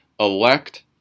elect